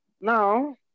Now